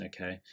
okay